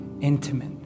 intimate